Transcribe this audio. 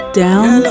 down